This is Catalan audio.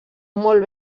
molt